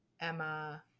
Emma